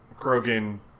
Krogan